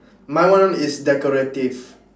my one is decorative